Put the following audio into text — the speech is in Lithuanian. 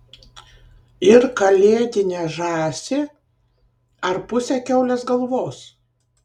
ir kalėdinę žąsį ar pusę kiaulės galvos